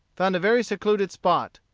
found a very secluded spot,